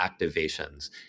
activations